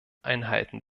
einhalten